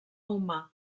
humà